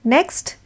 Next